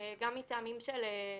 גם מטעמים של,